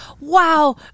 wow